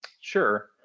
Sure